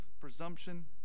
presumption